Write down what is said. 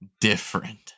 different